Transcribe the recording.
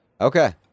Okay